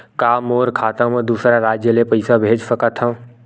का मोर खाता म दूसरा राज्य ले पईसा भेज सकथव?